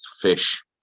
fish